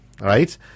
right